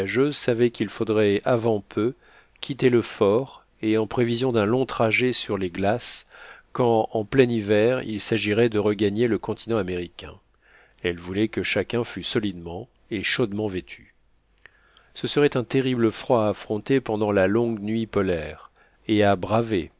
savait qu'il faudrait avant peu quitter le fort et en prévision d'un long trajet sur les glaces quand en plein hiver il s'agirait de regagner le continent américain elle voulait que chacun fût solidement et chaudement vêtu ce serait un terrible froid à affronter pendant la longue nuit polaire et à braver